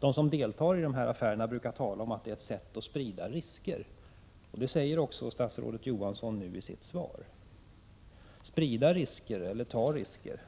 De som deltar i dessa affärer brukar tala om att dessa affärer är ett sätt att sprida risker. Det säger också statsrådet Johansson nu i sitt svar — att sprida risker eller att ta risker.